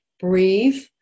breathe